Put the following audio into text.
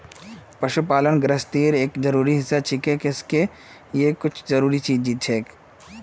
पशुपालन गिरहस्तीर एक जरूरी हिस्सा छिके किसअ के ई कई जरूरी चीज दिछेक